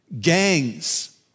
Gangs